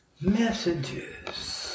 messages